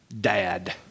dad